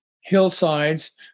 hillsides